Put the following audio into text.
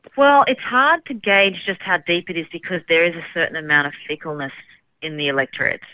well it's hard to gauge just how deep it is because there is a certain amount of fickleness in the electorate.